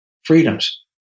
freedoms